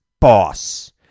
boss